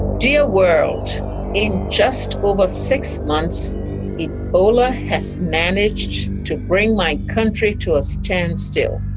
dear world, in just over six months ebola has managed to bring my country to a standstill.